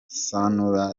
sanura